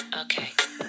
okay